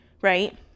right